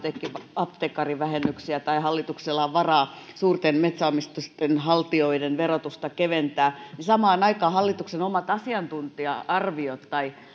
apteekkarivähennyksiä tai hallituksella on varaa suurten metsäomistusten haltijoiden verotusta keventää hallituksen omissa asiantuntija arvioissa tai